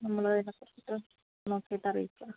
നമ്മള് നോക്കിയിട്ട് അറിയിക്കാം